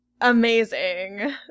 Amazing